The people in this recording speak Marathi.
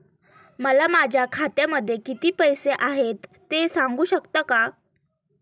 मला माझ्या खात्यामध्ये किती पैसे आहेत ते सांगू शकता का?